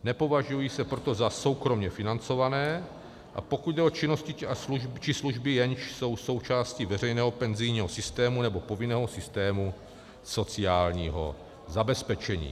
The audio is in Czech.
Nepovažují se proto za soukromě financované, a pokud jde o činnosti či služby, jež jsou součástí veřejného penzijního systému nebo povinného systému sociálního zabezpečení.